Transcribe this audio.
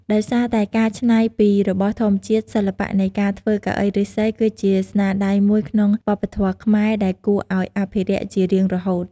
ដោយសារតែការច្នៃពីរបស់ធម្មជាតិ សិល្បៈនៃការធ្វើកៅអីឫស្សី គឺជាស្នាដៃមួយក្នុងវប្បធម៌ខ្មែរ ដែលគួរឱ្យអភិរក្សជារៀងរហូត។